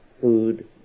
food